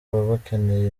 bakeneye